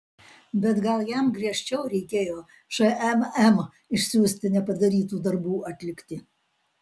bet gal jam griežčiau reikėjo šmm išsiųsti nepadarytų darbų atlikti